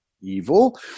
evil